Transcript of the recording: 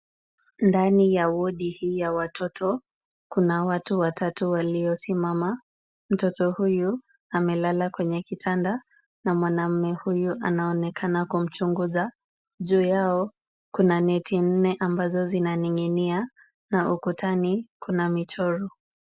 Ndani ya wodi hii ya watoto, kuna watu watatu waliosimama. Mtoto huyu amelala kwenye kitanda na mwanaume huyu anaonekana kumchunguza. Juu yao kuna neti nne ambazo zinaning'inia na ukutani kuna michoro.